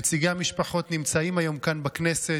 נציגי המשפחות נמצאים היום כאן בכנסת,